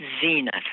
zenith